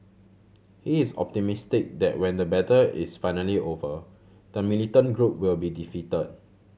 he is optimistic that when the battle is finally over the militant group will be defeated